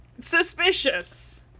Suspicious